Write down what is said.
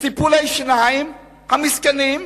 לטיפולי שיניים, המסכנים,